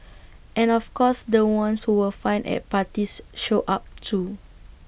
and of course the ones who were fun at parties showed up too